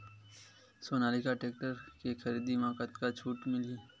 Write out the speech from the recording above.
Sonalika tractor के खरीदी मा कतका छूट मीलही?